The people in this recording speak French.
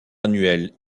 annuelle